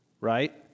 right